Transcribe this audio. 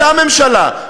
אותה ממשלה,